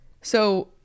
So-